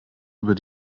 über